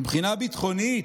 מבחינה ביטחונית,